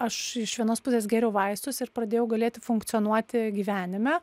aš iš vienos pusės gėriau vaistus ir pradėjau galėti funkcionuoti gyvenime